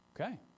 Okay